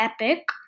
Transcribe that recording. epic